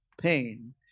pain